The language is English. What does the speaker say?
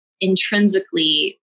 intrinsically